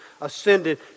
ascended